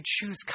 choose